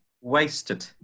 wasted